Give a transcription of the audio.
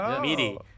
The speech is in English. meaty